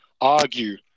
argue